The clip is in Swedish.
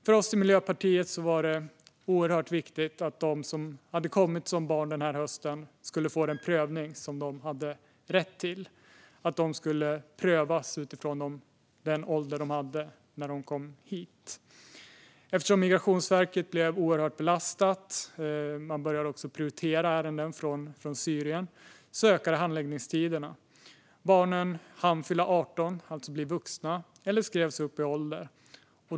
För oss i Miljöpartiet var det oerhört viktigt att de som hade kommit hit som barn denna höst skulle få den prövning som de hade rätt till och att de skulle prövas utifrån den ålder de hade när de kom hit. Eftersom Migrationsverket blev oerhört belastat - man började också prioritera ärenden som gällde Syrien - ökade handläggningstiderna. Barnen hann fylla 18 år, och alltså bli vuxna, eller skrevs upp i ålder.